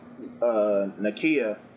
Nakia